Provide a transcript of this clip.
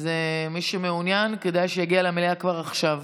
מי שמעוניין כדאי שיגיע למליאה כבר עכשיו.